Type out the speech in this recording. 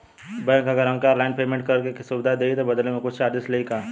Bank अगर हमके online payment करे के सुविधा देही त बदले में कुछ चार्जेस लेही का?